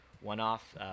one-off